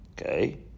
Okay